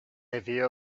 review